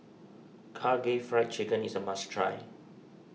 Karaage Fried Chicken is a must try